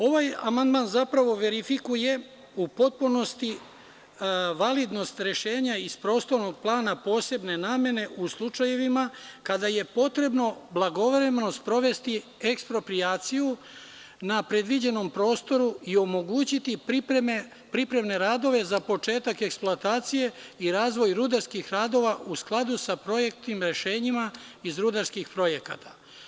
Ovaj amandman zapravo verifikuje u potpunosti validnost rešenja iz Prostornog plana posebne namene u slučajevima kada je potrebno blagovremeno sprovesti eksproprijaciju na predviđenom prostoru i omogućiti pripremne radove za početak eksploatacije i razvoj rudarskih radova u skladu sa projektnim rešenjima iz rudarskih projekata.